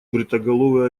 бритоголовый